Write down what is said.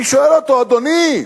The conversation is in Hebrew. אני שואל אותו: אדוני,